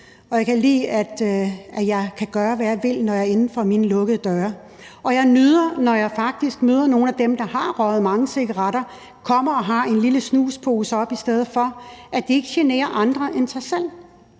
og jeg kan lide, at jeg kan gøre, hvad jeg vil, når jeg er inden for mine lukkede døre. Og jeg nyder det, når nogle af dem, som jeg faktisk møder, der har røget mange cigaretter, kommer og har en lille snuspose oppe bag læben i stedet for. De generer ikke andre end sig selv.